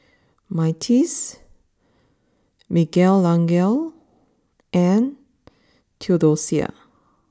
Myrtice Miguelangel and Theodosia